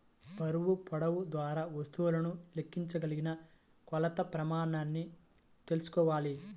బరువు, పొడవు ద్వారా వస్తువులను లెక్కించగలిగిన కొలత ప్రమాణాన్ని తెల్సుకోవాలి